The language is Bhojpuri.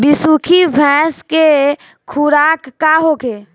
बिसुखी भैंस के खुराक का होखे?